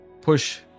push